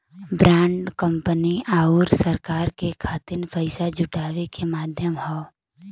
bond company आउर सरकार के खातिर पइसा जुटावे क माध्यम हौ